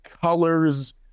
colors